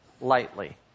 lightly